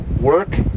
work